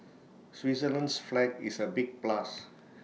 Switzerland's flag is A big plus